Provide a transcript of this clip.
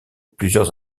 plusieurs